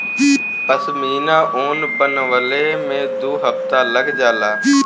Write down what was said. पश्मीना ऊन बनवले में दू हफ्ता लग जाला